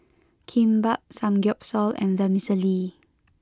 Kimbap Samgeyopsal and Vermicelli